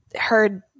heard